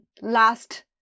Last